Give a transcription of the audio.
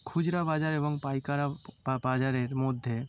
খুচরো বাজার এবং পাইকারি বা বাজারের মধ্যে